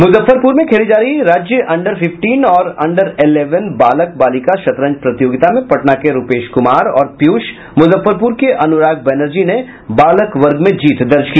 मुजफ्फरपूर में खेली जा रही राज्य अंडर फिफ्टीन और अंडर इलेवन बालक बालिका शतरंज प्रतियोगिता में पटना के रूपेश कुमार और पीयूष मुजफ्फरपुर के अनुराग बनर्जी ने बालक वर्ग में जीत दर्ज की